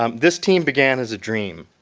um this team began as a dream.